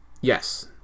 Yes